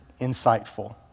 insightful